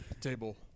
table